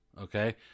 Okay